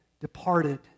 departed